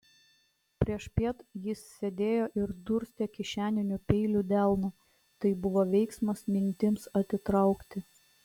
priešpiet jis sėdėjo ir durstė kišeniniu peiliu delną tai buvo veiksmas mintims atitraukti